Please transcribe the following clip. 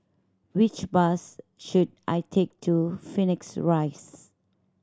which bus should I take to Phoenix Rise